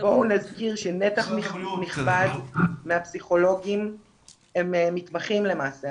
בואו נזכיר שנתח נכבד מהפסיכולוגים הם מתמחים למעשה.